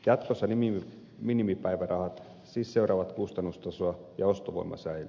jatkossa minimipäivärahat siis seuraavat kustannustasoa ja ostovoima säilyy